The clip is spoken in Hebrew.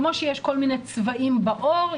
כפי שיש כל מיני צבעים בעור,